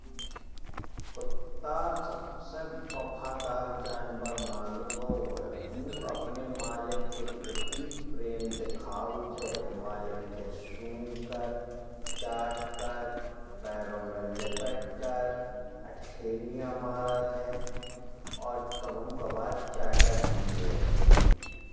कुत्ता सबसे बफादार जानवर मानो गाओ है। ऊ अपने मालिक के प्रति प्रेम दिखाउत है। मालिक खे सूघकर चाटकर। पैरों में लिपटकर अठखेलिया मरत है। और कभऊं कभार चाटत भी है।